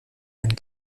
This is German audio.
ein